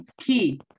key